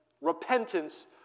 repentance